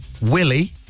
Willie